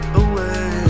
away